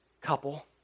couple